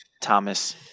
Thomas